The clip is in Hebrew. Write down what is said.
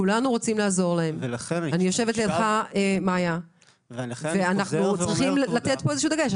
כולנו רוצים לעזור להם ואנחנו צריכים לתת פה איזשהו דגש.